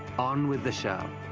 on with the show!